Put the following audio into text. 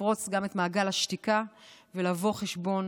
לפרוץ גם את מעגל השתיקה ולבוא חשבון